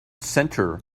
center